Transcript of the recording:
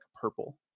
purple